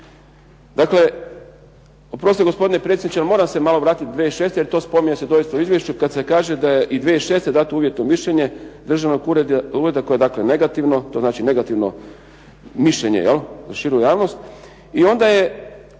Dakle, oprostite gospodine predsjedniče, ali moram se malo vratiti 2006. jer to spominje se doista u izvješću kad se kaže da je i 2006. dato uvjetno mišljenje državnog ureda koje je dakle negativno, to znači negativno mišljenje za širu javnost. I onda je,